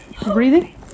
Breathing